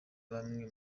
bamwe